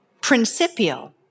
principial